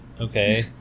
okay